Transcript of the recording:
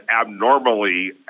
abnormally